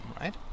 right